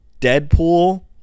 Deadpool